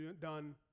done